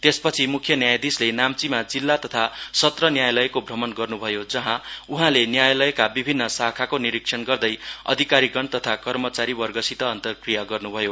त्यसपछि मुख्य न्यायाधिसले नाम्चीमा जिल्ला तथा सत्र न्यायालयको भ्रमण गर्नु भयो जहाँ उहाँले न्यायालयका विभिन्न शाखाको निरिक्षण गर्दै अधिकारीगण तथा कर्मचारीवर्गसित अन्तरक्रिया गर्नु भयो